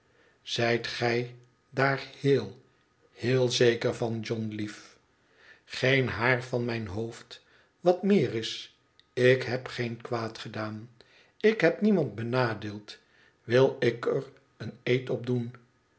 zijt gij daar heel heel zeker van john lief geen haar van mijn hoofd i wat meer is ik heb geen kwaad gedaan ik heb niemand benadeeld wil ik er een eed op doen